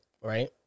right